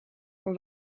maar